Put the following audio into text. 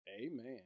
amen